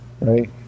right